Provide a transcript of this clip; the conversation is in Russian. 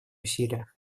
усилиях